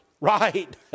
right